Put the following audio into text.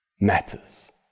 matters